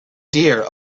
dear